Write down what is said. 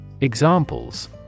Examples